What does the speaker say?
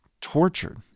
tortured